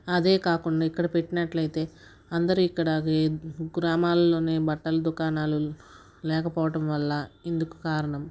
అదే కాకుండా ఇక్కడ పెట్టినట్లైతే అందరూ ఇక్కడ గ గ్రామాల్లోనే బట్టల దుకాణాలు లేకపోవటంవల్ల ఇందుకు కారణం